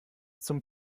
zum